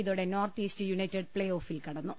ഇതോടെ North East United play ഓഫിൽ കടന്നു